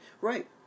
Right